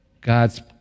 God's